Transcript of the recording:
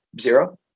zero